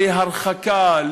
להרחקה,